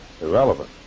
irrelevant